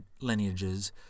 lineages